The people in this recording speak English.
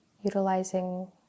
utilizing